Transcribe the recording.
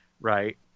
Right